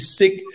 sick